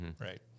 right